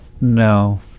No